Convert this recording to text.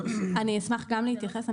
אני אשמח גם להתייחס,